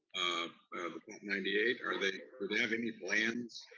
of ninety eight? are they, or they have any plans?